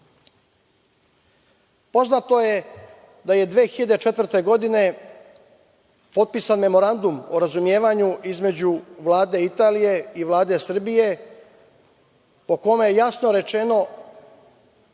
živi. Poznato je da je 2004. godine potpisan Memorandum o razumevanju između Vlade Italije i Vlade Srbije po kome je jasno rečeno